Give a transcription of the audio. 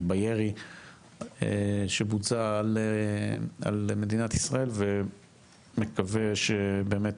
בירי שבוצע על מדינת ישראל ומקווה שבאמת,